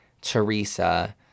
Teresa